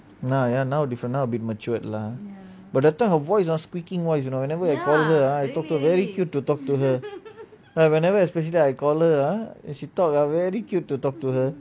now ya now different now be matured lah but that time her voice ah squeaking voice you know whenever I call her ah I talk to her very cute to talk to her like whenever especially I call her ah she talk ah very cute to talk to her